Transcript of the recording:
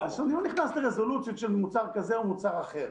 אני לא נכנס לרזולוציות של מוצר הזה או מוצר אחר.